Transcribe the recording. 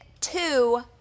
two